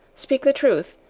speak the truth,